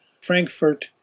Frankfurt